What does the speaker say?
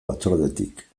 batzordetik